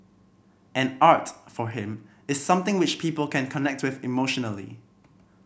and art for him is something which people can connect with emotionally